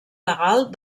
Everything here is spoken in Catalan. legal